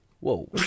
Whoa